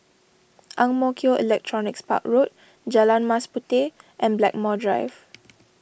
Ang Mo Kio Electronics Park Road Jalan Mas Puteh and Blackmore Drive